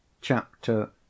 Chapter